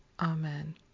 Amen